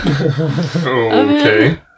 Okay